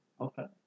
Okay